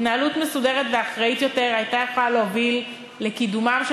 התנהלות מסודרת ואחראית יותר הייתה יכולה להוביל לקידומם של